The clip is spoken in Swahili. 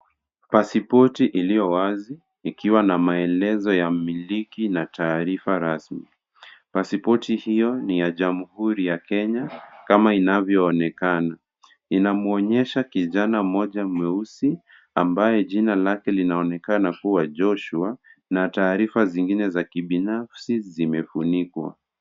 Pasipoti iliyo wazi ikiwa na maelezo ya mmiliki na taarifa rasmi. Pasipoti hiyo ni ya jamhuri ya Kenya kama inavyoonekana. Inamwonyesha kijana mmoja mweusi, ambaye jina lake linaonekana kuwa Joshua na taarifa zingine za kibinafsi zimefunikwa.